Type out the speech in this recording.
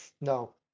no